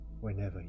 whenever